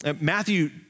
Matthew